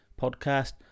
podcast